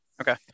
Okay